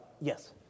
Yes